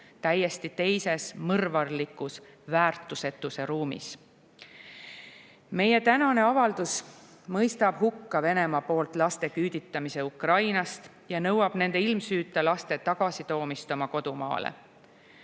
täiesti teises, mõrvarlikus väärtusetuse ruumis. Meie tänane avaldus mõistab hukka Venemaa poolt laste küüditamise Ukrainast ja nõuab nende ilmsüüta laste tagasitoomist oma kodumaale.